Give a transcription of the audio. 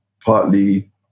partly